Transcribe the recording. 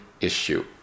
issue